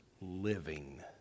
living